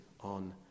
on